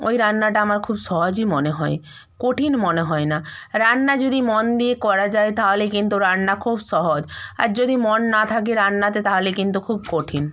ওই রান্নাটা আমার খুব সহজই মনে হয় কঠিন মনে হয় না রান্না যদি মন দিয়ে করা যায় তাহলে কিন্তু রান্না খুব সহজ আর যদি মন না থাকে রান্নাতে তাহলে কিন্তু খুব কঠিন